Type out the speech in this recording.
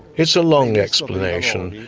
it's a long explanation.